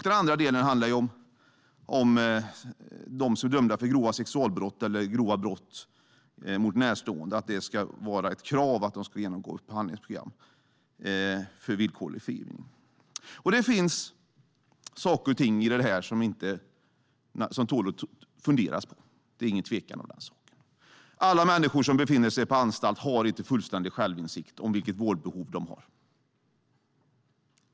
Den andra delen handlar om dem som är dömda för grova sexualbrott eller grova brott mot närstående. Där ska det vara ett krav på att de ska genomgå ett behandlingsprogram för villkorlig frigivning. Det finns saker och ting i det här som tål att fundera på. Det är ingen tvekan om den saken. Alla människor som befinner sig på anstalt har inte fullständig självinsikt om vilket vårdbehov de har.